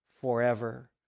forever